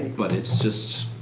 but it's just,